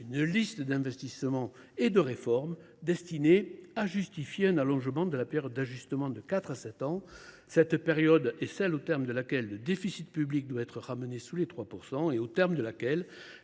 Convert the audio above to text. une liste d’investissements et de réformes destinés à justifier un allongement de la période d’ajustement de quatre ans à sept ans. Cette période est celle au terme de laquelle le déficit public doit être ramené sous les 3 % du PIB, et au terme de laquelle